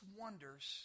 wonders